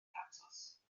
thatws